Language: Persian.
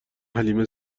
حلیمه